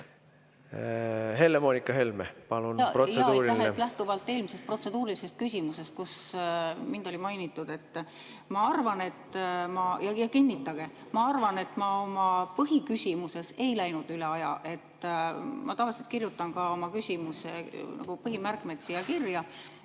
Helle-Moonika Helme, palun, protseduuriline!